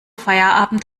feierabend